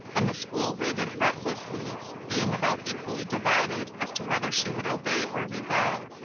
and the school waited breathlessly, being about equally divided as to whether she would obey or rebel.